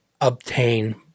obtain